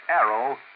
arrow